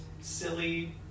silly